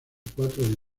cuatro